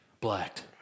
Blacked